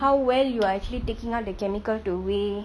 how well you are actually taking out the chemical to weigh